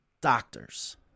doctors